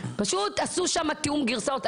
פשוט עשו שם תיאום גרסאות.